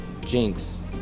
Jinx